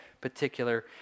particular